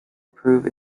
prove